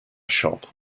shop